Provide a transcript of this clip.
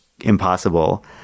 Impossible